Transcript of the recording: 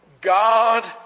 God